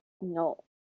No